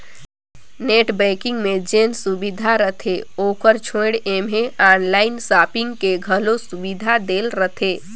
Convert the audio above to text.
net banking मे जेन सुबिधा रहथे ओकर छोयड़ ऐम्हें आनलाइन सापिंग के घलो सुविधा देहे रहथें